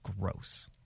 Gross